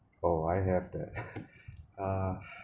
oh I have that uh